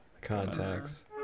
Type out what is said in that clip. Contacts